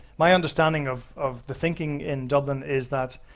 my understanding of of the thinking in dublin is that